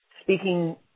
speaking